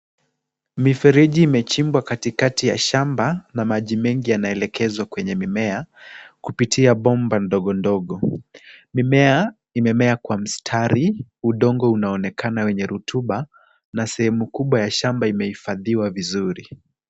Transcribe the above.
Mifereji imechimbwa katikati ya shamba na maji mengi yanaelekezwa kwenye mimea kupitia bomba ndogondogo. Mimea imemea kwa mstari, udongo unaonekana wenye rotuba na sehemu kubwa ya shamba imehifadhiwa vizuri.